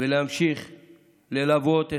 ולהמשיך ללוות,